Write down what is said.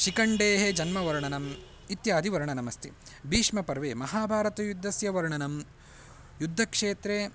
शिखण्डेः जन्मवर्णनम् इत्यादिवर्णनम् अस्ति भीष्मपर्वे महाभारतयुद्दस्य वर्णनं युद्धक्षेत्रे